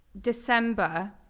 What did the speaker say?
December